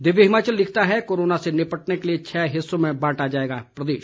दिव्य हिमाचल लिखता है कोरोना से निपटने के लिए छह हिस्सों में बांटा जाएगा प्रदेश